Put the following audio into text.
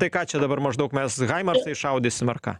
tai ką čia dabar maždaug mes haimarsais šaudysim ar ką